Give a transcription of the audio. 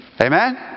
Amen